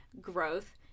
growth